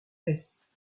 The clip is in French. est